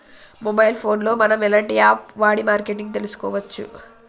Mobile phone లో మనం ఎలాంటి యాప్ వాడి మార్కెటింగ్ తెలుసుకోవచ్చు?